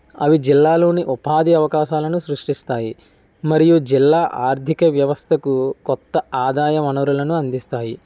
అవి జిల్లాలోని ఉపాధి అవకాశాలను సృష్టిస్తాయి మరియు జిల్లా ఆర్థిక వ్యవస్థకు కొత్త ఆదాయ వనరులను అందిస్తాయి